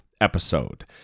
episode